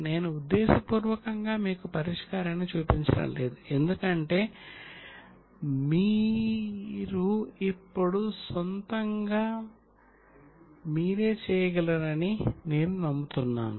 నేను ఉద్దేశపూర్వకంగా మీకు పరిష్కారాన్ని చూపించడం లేదు ఎందుకంటే మీరు ఇప్పుడు సొంతంగా మీరే చేయగలరని నేను నమ్ముతున్నాను